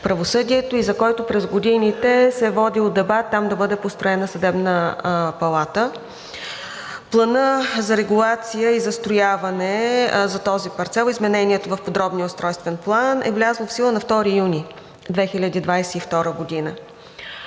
правосъдието и за който през годините се е водил дебат там да бъде построена съдебна палата. Планът за регулация и застрояване за този парцел, изменението в Подробния устройствен план, е влязло в сила на 2 юни 2022 г.